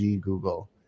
Google